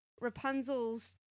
Rapunzel's